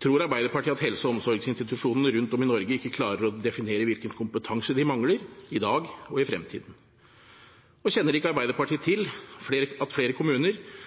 Tror Arbeiderpartiet at helse- og omsorgsinstitusjonene rundt om i Norge ikke klarer å definere hvilken kompetanse de mangler i dag og i fremtiden? Og kjenner ikke Arbeiderpartiet til at flere kommuner